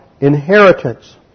inheritance